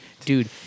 Dude